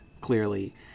clearly